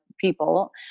people